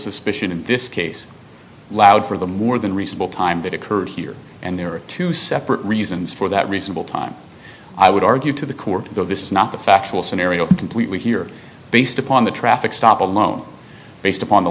suspicion in this case loud for the more than reasonable time that occurred here and there are two separate reasons for that reasonable time i would argue to the court though this is not the factual scenario completely here based upon the traffic stop alone based upon the